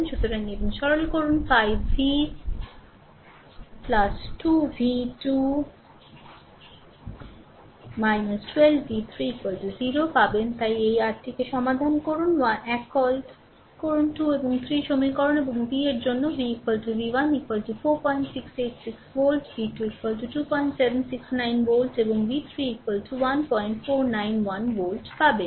সুতরাং এবং সরল করুন 5 v 2 V 2 12 V 3 0 পাবেন তাই এই আরটিকে সমাধান করুন 1 কল 2 এবং 3 এর সমীকরণ এবং v এর জন্য V V 1 4686 volt V 2 2769 volt এবং V 3 1491 ভোল্ট পাবেন